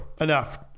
Enough